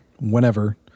whenever